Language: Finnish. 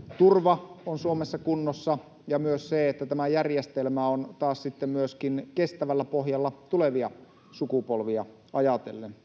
eläketurva on Suomessa kunnossa. Ja myös on tärkeää se, että tämä järjestelmä on myöskin kestävällä pohjalla tulevia sukupolvia ajatellen.